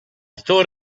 thought